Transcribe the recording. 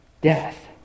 Death